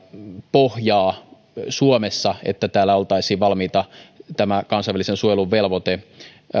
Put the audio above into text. pohjaa suomessa että täällä oltaisiin valmiita tämä kansainvälisen suojelun velvoite